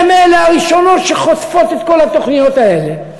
הן הראשונות שחוטפות את כל התוכניות האלה,